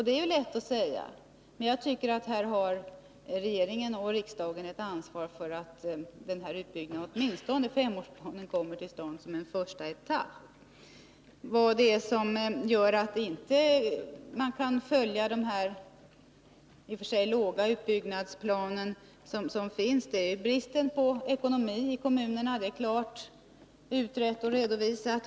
Det är lätt att säga, men regering och riksdag har ett ansvar för att en utbyggnad, åtminstone enligt femårsplanen, kommer till stånd som en första etapp. Vad som gör att man inte kan följa femårsplanen, som ändå ligger på låg nivå, är bristen på ekonomiska resurser i kommunerna. Det är klart utrett och redovisat.